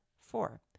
Four